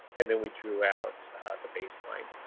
and then we drew out the baseline.